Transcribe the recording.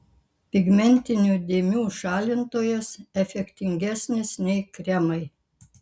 pigmentinių dėmių šalintojas efektingesnis nei kremai